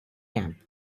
camp